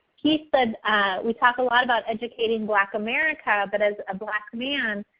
he said we talk a lot about educating black america, but as a black man,